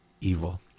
evil